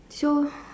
so